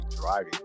driving